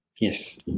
Yes